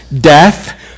death